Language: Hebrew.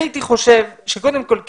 אני הייתי חושב שקודם כל,